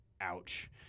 Ouch